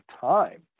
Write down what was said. time